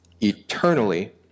eternally